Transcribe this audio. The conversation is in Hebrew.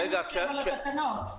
אנחנו מדברים על התקנות.